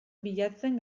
bilatzen